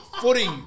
footy